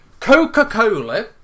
Coca-Cola